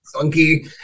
funky